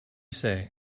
say